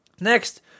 Next